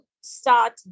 start